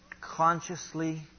consciously